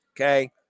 Okay